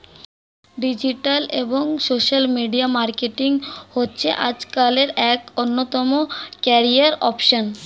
digital এবং social media marketing হচ্ছে আজকালের এক অন্যতম ক্যারিয়ার অপসন